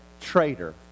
traitor